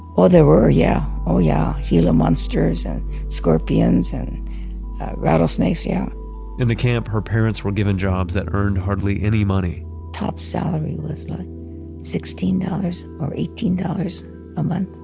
oh, there were, yeah. oh yeah, gila monsters and scorpions and rattlesnakes. yeah in the camp, her parents were given jobs that earned hardly any money top salary was like sixteen dollars or eighteen dollars a month.